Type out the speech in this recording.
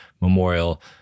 memorial